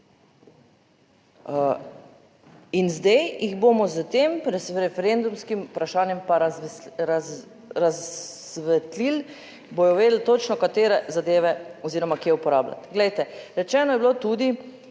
In zdaj jih bomo s tem referendumskim vprašanjem pa razsvetlili, bodo vedeli točno katere zadeve oziroma kje uporabljati. Glejte, rečeno je bilo tudi,